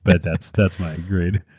but that's that's my grade.